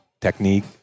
Technique